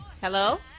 Hello